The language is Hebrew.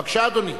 בבקשה, אדוני.